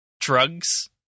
drugs